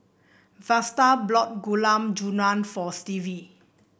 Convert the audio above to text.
Vlasta Gulab Jamun for Stevie